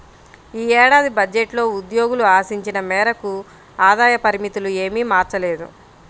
ఈ ఏడాది బడ్జెట్లో ఉద్యోగులు ఆశించిన మేరకు ఆదాయ పరిమితులు ఏమీ మార్చలేదు